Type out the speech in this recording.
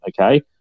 okay